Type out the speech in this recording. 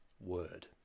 word